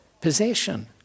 possession